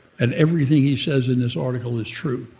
and everything he says in this article is true.